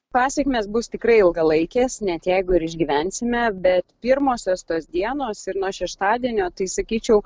pasekmės bus tikrai ilgalaikės net jeigu ir išgyvensime bet pirmosios tos dienos ir nuo šeštadienio tai sakyčiau